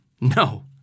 No